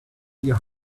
your